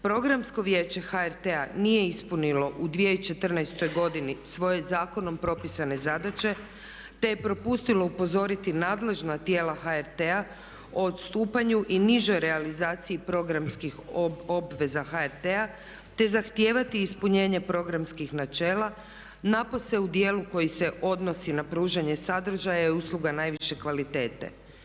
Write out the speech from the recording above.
Programsko vijeće HRT-a nije ispunilo u 2014. godini svoje zakonom propisane zadaće, te je propustilo upozoriti nadležna tijela HRT-a o odstupanju i nižoj realizaciji programskih obveza HRT-a, te zahtijevati i ispunjenje programskih načela napose u dijelu koji se odnosi na pružanje sadržaja i usluga najviše kvalitete.